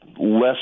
less